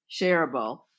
shareable